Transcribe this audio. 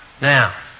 Now